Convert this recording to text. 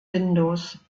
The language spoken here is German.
windows